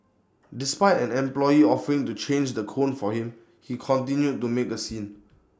despite an employee offering to change the cone for him he continued to make A scene